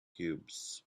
cubes